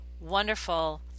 wonderful